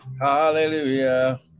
Hallelujah